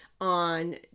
on